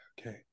Okay